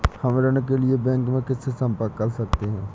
हम ऋण के लिए बैंक में किससे संपर्क कर सकते हैं?